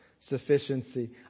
sufficiency